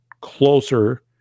closer